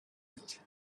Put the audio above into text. right